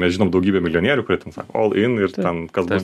mes žinom daugybę milijonierių kurie ten sako ol in ir ten kas bus